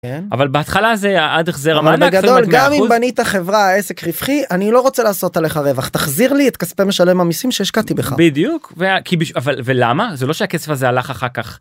ובהתחלה זה עד חזרה המענק גם אם בנית חברה עסק רווחי אני לא רוצה לעשות עליך רווח תחזיר לי את כספי משלם המסים שהשקעתי בך בדיוק וכי בשביל ולמה זה לא שהכסף הזה הלך אחר כך.